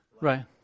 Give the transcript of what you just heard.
Right